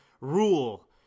rule